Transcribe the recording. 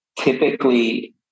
typically